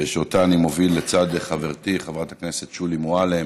שאותה אני מוביל לצד חברתי חברת הכנסת שולי מועלם